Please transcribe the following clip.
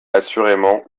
assurément